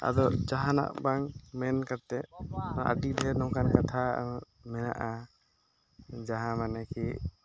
ᱟᱫᱚ ᱡᱟᱦᱟᱱᱟᱜ ᱵᱟᱝ ᱢᱮᱱᱠᱟᱛᱮᱫ ᱟᱹᱰᱤ ᱰᱷᱮᱨ ᱱᱚᱝᱠᱟᱱ ᱠᱟᱛᱷᱟ ᱢᱮᱱᱟᱜᱼᱟ ᱡᱟᱦᱟᱸ ᱢᱟᱱᱮ ᱠᱤ